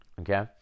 okay